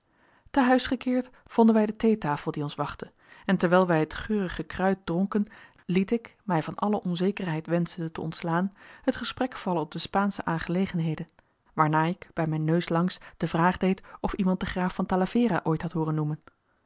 te huis gekeerd vonden wij de theetafel die ons wachtte en terwijl wij het geurige kruid dronken liet ik mij van alle onzekerheid wenschende te ontslaan het gesprek vallen op de spaansche aangelegenheden waarna ik bij mijn neus langs de vraag deed of iemand den graaf van talavera ooit had hooren noemen